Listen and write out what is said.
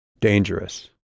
Dangerous